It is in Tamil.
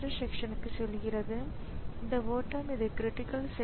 பி டிஸ்க் கிடைத்துள்ளது ஆனால் வேக வரம்புகள் காரணமாக யூ